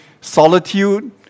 solitude